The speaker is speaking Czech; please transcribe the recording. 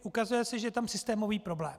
Ukazuje se, že je tam systémový problém.